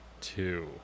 two